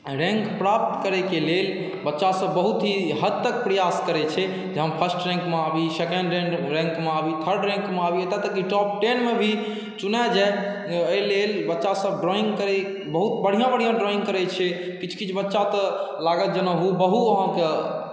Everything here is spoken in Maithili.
रैङ्क प्राप्त करैके लेल बच्चासब बहुत ही हद तक प्रयास करै छै जे हम फर्स्ट रैङ्कमे आबी सेकण्ड रैण्ड रैङ्कमे आबी थर्ड रैङ्कमे आबी एतऽ तक भी टॉप टेनमे भी चुना जाइ एहिलेल बच्चासब ड्राइङ्ग बहुत बढ़िआँ बढ़िआँ ड्राइङ्ग करै छै किछु किछु बच्चा तऽ लागत जेना हुबहू अहाँके